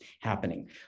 happening